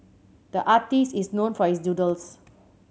the artist is known for his doodles